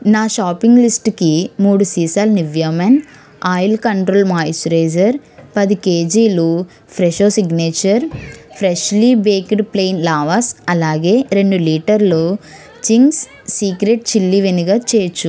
నా షాపింగ్ లిస్టుకి మూడు సీసాలు Nivea men oil control moisturiser పది కేజీలు Fresho signature freshly baked plain lavash అలాగే రెండు లీటర్లు చింగ్స్ సీక్రెట్ చిల్లీ వెనిగర్ చేర్చు